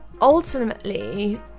ultimately